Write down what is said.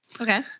Okay